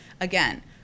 again